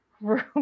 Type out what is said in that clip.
room